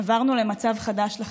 עברנו למצב חדש לחלוטין.